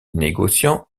négociant